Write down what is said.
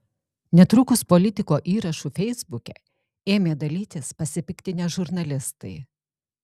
netrukus politiko įrašu feisbuke ėmė dalytis pasipiktinę žurnalistai